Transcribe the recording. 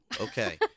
okay